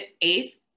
eighth